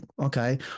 okay